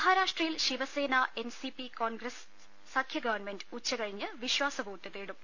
മഹാരാഷ്ട്രയിൽ ശിവസേന എൻസിപി കോൺഗ്രസ് സഖ്യ ഗവൺമെന്റ് ഉച്ചകഴിഞ്ഞ് വിശ്വാസവോട്ട് തേടും